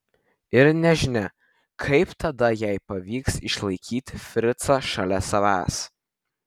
ir nežinia kaip tada jai pavyks išlaikyti fricą šalia savęs